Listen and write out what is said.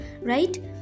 right